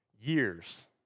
years